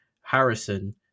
Harrison